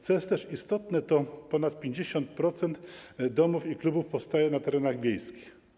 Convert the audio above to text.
Co jest istotne, ponad 50% domów i klubów powstaje na terenach wiejskich.